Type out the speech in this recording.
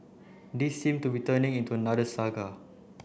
this seem to be turning into another saga